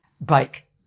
Bike